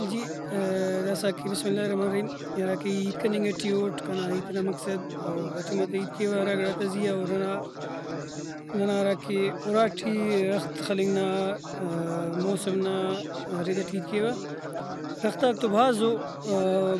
جی داسہ کہ بسم اللہ الرحمن الرحیم ہرا کہ ای ہیت کننگ ٹی اٹ کنا ہیت ئنا مقصد اور دا ٹائماتا ہیت کیوہ ہرا گڑا تا زیہا او ننا ننا ہراکہ اُراٹی رخت خلنگ نا موسم نا ردٹ ہیت کیوہ رختاک بھازو